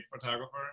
photographer